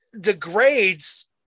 degrades